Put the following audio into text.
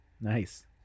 Nice